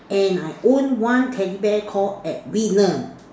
and I owned one teddy bear called edwina